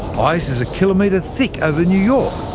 ice is a kilometre thick over new york,